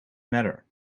matter